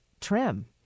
trim